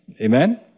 Amen